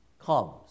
comes